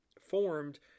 formed